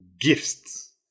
Gifts